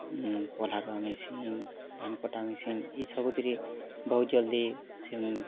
ପଲ୍ହା ରୁଆ ମେସିନ୍ ଧାନ୍ କଟା ମେସିନ୍ ଇ ସବୁଥିରେ ବହୁତ୍ ଜଲ୍ଦି ସେ